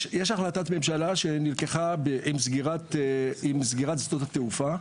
יש החלטת ממשלה שנלקחה עם סגירת שדות התעופה,